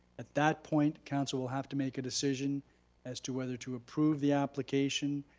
at that point council will have to make a decision as to whether to approve the application,